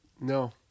no